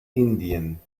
indien